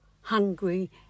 hungry